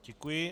Děkuji.